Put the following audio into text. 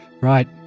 Right